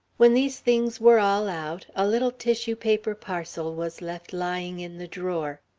when these things were all out, a little tissue-paper parcel was left lying in the drawer.